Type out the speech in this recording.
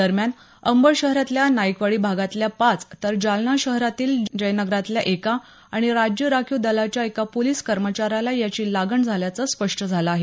दरम्यान अंबड शहरातल्या नाईकवाडी भागातल्या पाच तर जालना शहरातील जयनगरातल्या एका आणि राज्य राखीव दलाच्या एका पोलीस कर्मचाऱ्याला याची लागण झाल्याचं स्पष्ट झालं आहे